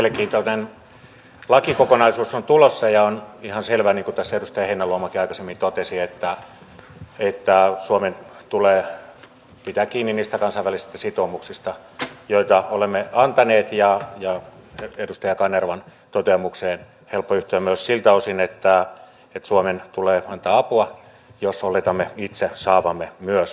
mielenkiintoinen lakikokonaisuus on tulossa ja on ihan selvä niin kuin tässä edustaja heinäluomakin aikaisemmin totesi että suomen tulee pitää kiinni niistä kansainvälisistä sitoumuksista joita olemme antaneet ja edustaja kanervan toteamukseen on helppo yhtyä myös siltä osin että suomen tulee antaa apua jos oletamme itse saavamme myös apua